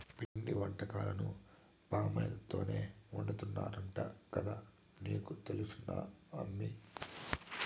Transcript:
పిండి వంటకాలను పామాయిల్ తోనే వండుతున్నారంట కదా నీకు తెలుసునా అమ్మీ